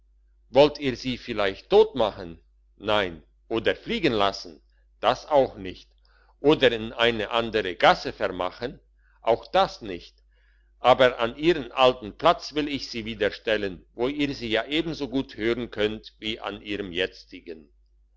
wollt ihr sie vielleicht totmachen nein oder fliegen lassen das auch nicht oder in eine andere gasse vermachen auch das nicht aber an ihren alten platz will ich sie wieder stellen wo ihr sie ja ebenso gut hören könnt wie an ihrem jetzigen